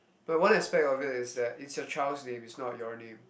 but one expect of it is that it's your child's name it's not your name